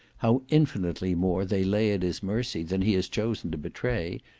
how infinitely more they lay at his mercy than he has chosen to betray,